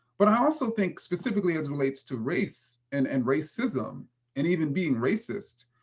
but i also think specifically as relates to race and and racism and even being racist,